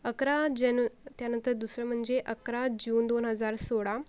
अकरा जेन त्यानंतर दुसरं म्हणजे अकरा जून दोन हजार सोळा